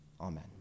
Amen